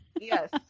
Yes